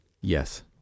Yes